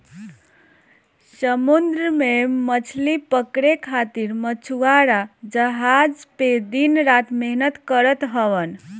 समुंदर में मछरी पकड़े खातिर मछुआरा जहाज पे दिन रात मेहनत करत हवन